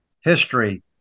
history